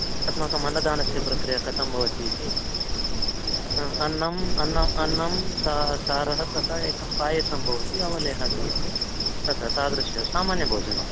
अस्माकम् अन्नदानस्य प्रक्रिया कथं भवति इति अन्नम् अन्न अन्नं सा सारः तथा एकं पायसं भवति अवलेहः दीयते तथा तादृश सामान्यभोजनं